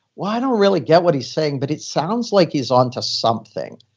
well, i don't really get what he's saying, but it sounds like he's on to something,